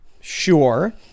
Sure